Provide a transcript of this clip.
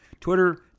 Twitter